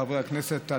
חברי הכנסת,